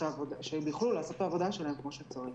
העובדים הסוציאליים על מנת שהם יוכלו לעשות את עבודתם כמו שצריך.